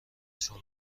شما